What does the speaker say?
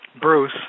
Bruce